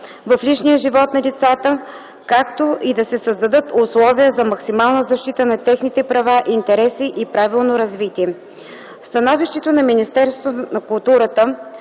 в личния живот на децата, както и да се създадат условия за максимална защита на техните права, интереси и правилно развитие. В становището си Министерството на културата